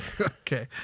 Okay